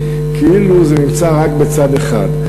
כאילו זה נמצא רק בצד אחד.